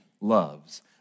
loves